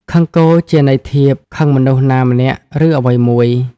ខឹងគោ ជាន័យធៀប ខឹងមនុស្សណាម្នាក់ឬអ្វីមួយ ។